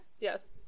Yes